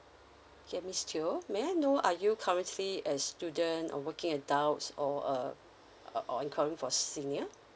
okay miss teo may I know are you currently a student or working adults or a uh or inquiring for senior